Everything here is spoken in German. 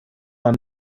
man